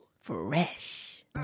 Fresh